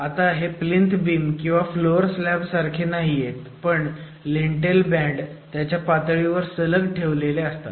आता हे plinth beam किंवा फ्लोअर स्लॅब सारखे नाहीयेत पण हे लिंटेल बँड त्याच्या पातळीवर सलग ठेवलेले असतात